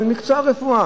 על מקצוע הרפואה,